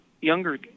younger